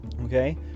okay